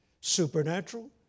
supernatural